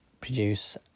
produce